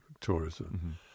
tourism